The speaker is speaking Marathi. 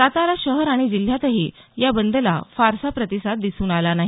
सातारा शहर आणि जिल्ह्यातही या बंदला फारसा प्रतिसाद दिसून आला नाही